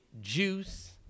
Juice